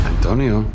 Antonio